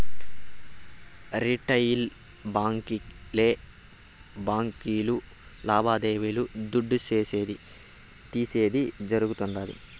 retail బాంకీలే బాంకీలు లావాదేవీలు దుడ్డిసేది, తీసేది జరగుతుండాది